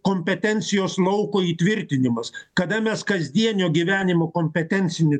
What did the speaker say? kompetencijos lauko įtvirtinimas kada mes kasdienio gyvenimo kompetencinį